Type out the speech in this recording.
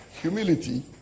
humility